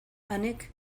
anek